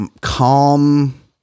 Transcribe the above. calm